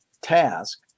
task